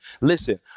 listen